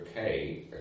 okay